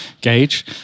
gauge